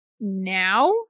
now